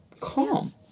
Calm